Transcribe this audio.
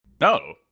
No